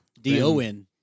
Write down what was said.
D-O-N